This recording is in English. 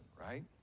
right